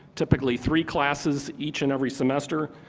typically three classes each and every semester.